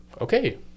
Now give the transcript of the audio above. Okay